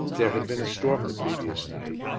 there had been a storm the previous night,